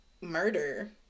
murder